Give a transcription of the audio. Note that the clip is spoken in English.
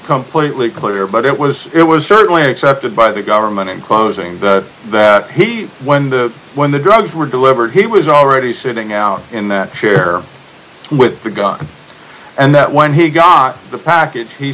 completely clear but it was it was certainly accepted by the government in closing that he when the when the drugs were delivered he was already sitting out in that chair with a gun and that when he got the package he